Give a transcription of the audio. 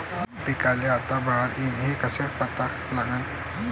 पिकाले आता बार येईन हे कसं पता लागन?